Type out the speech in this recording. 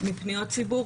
מפניות הציבור.